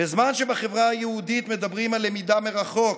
בזמן שבחברה היהודית מדברים על למידה מרחוק,